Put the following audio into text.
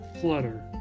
Flutter